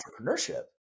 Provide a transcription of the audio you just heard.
entrepreneurship